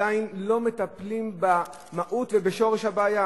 עדיין לא מטפלים במהות ובשורש הבעיה.